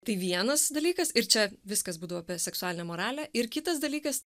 tai vienas dalykas ir čia viskas būdavo apie seksualinę moralę ir kitas dalykas